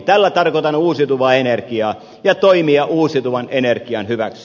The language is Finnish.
tällä tarkoitan uusiutuvaa energiaa ja toimia uusiutuvan energian hyväksi